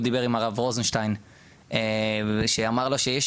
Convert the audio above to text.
הוא דיבר עם הרב רוזנשטיין שאמר לו שיש